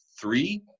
three